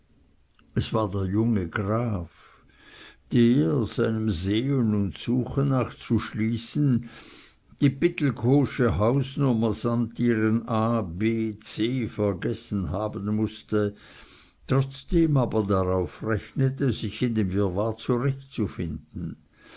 es war der junge graf der seinem sehen und suchen nach zu schließen die pittelkowsche hausnummer samt ihrem a b c vergessen haben mußte trotzdem aber darauf rechnete sich in dem wirrwarr zurechtzufinden